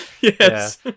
Yes